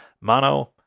mono